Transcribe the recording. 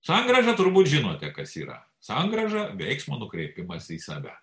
sangrąža turbūt žinote kas yra sangrąža veiksmo nukreipimas į save